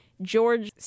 George